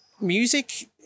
music